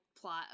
plot